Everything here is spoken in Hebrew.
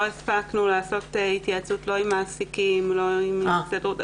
הספקנו לעשות התייעצות לא עם מעסיקים ולא עם ההסתדרות.